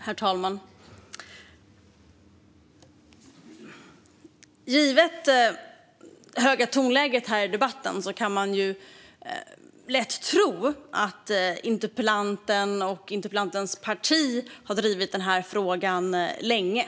Herr talman! Givet det höga tonläget här i debatten kan man lätt tro att interpellanten och hennes parti har drivit den här frågan länge.